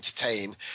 entertain